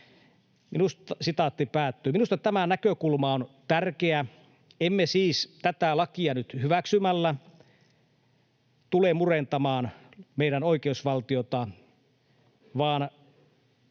Minusta tämä näkökulma on tärkeä. Emme siis tätä lakia nyt hyväksymällä tule murentamaan meidän oikeusvaltiota, vaan